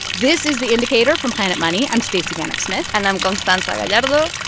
this is the indicator from planet money. i'm stacey vanek smith and i'm constanza gallardo.